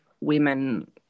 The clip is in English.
women